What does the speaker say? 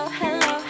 hello